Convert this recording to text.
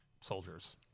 soldiers